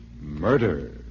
Murder